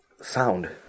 Sound